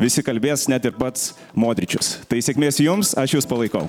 visi kalbės net ir pats modričius tai sėkmės jums aš jus palaikau